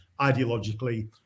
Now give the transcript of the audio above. ideologically